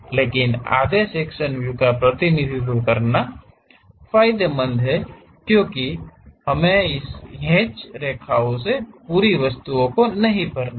लेकिन आधे section view का प्रतिनिधित्व करना फायदेमंद है क्योंकि हमें इस हैच रेखाओं से पूरी वस्तु को नहीं भरनी है